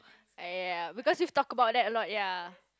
eh ya because you talk about that a lot ya